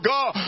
God